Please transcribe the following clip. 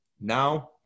Now